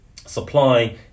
Supply